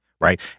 right